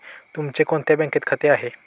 तुमचे कोणत्या बँकेत खाते आहे?